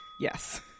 Yes